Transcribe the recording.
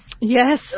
yes